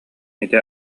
ити